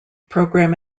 program